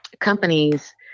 companies